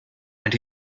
and